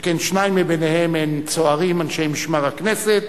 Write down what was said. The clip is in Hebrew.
שכן שניים מביניהם הם צוערים אנשי משמר הכנסת,